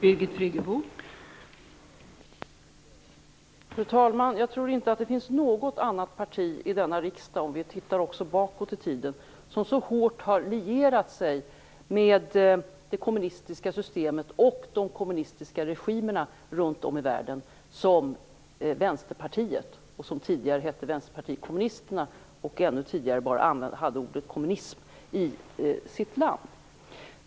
Fru talman! Om vi tittar också bakåt i tiden tror jag inte att det finns något annat parti i denna riksdag som så hårt har lierat sig med det kommunistiska systemet och de kommunistiska regimerna runt om i världen som Vänsterpartiet. Tidigare hette man Vänsterpartiet kommunisterna och ännu tidigare hade man bara ordet kommunism i sitt namn.